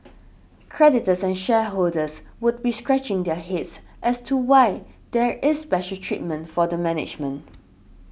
creditors and shareholders would be scratching their heads as to why there is special treatment for the management